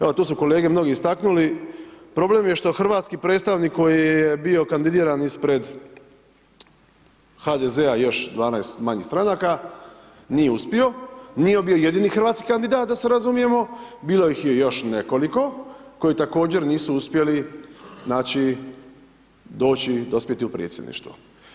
Evo tu su kolege mnogi istaknuli, problem je što hrvatski predstavnik koji je bio kandidiran ispred HDZ-a i još 12 manjih stranaka, nije uspio, nije bio jedini hrvatski kandidat, da se razumijemo, bilo ih je još nekoliko, koji također nisu uspjeli, znači, doći, dospjeti u predsjedništvo.